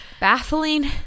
baffling